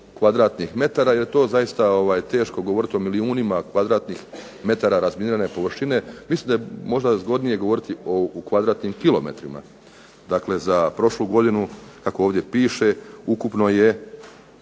kvadratnih metara, jer je to zaista teško govoriti o milijunima kvadratnih metara razminirane površine. Mislim da je zgodnije govoriti u kvadratnim kilometrima. Dakle, za prošlu godinu kako ovdje piše ukupno je